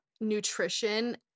nutrition